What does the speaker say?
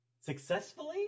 successfully